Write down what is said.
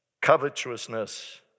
covetousness